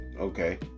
Okay